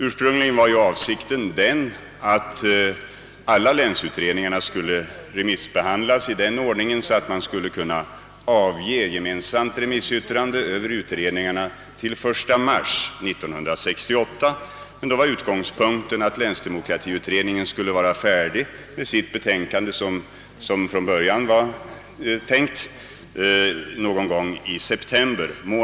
Ursprungligen var det avsikten att alla länsutredningarna skulle remissbehandlas i sådan ordning att gemensamt remissyttrande över utredningarna skulle kunna avges till den 1 mars 1968. Då var emellertid utgångspunkten den att länsdemokratiutredningen skulle vara färdig med sitt betänkande någon gång i september månad 1967.